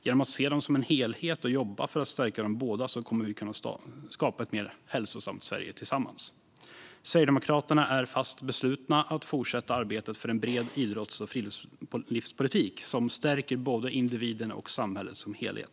Genom att se dem som en helhet och jobba för att stärka båda kan vi skapa ett mer hälsosamt Sverige tillsammans. Sverigedemokraterna är fast beslutna att fortsätta arbeta för en bred idrotts och friluftslivspolitik som stärker både individen och samhället som helhet.